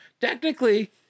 Technically